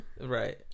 Right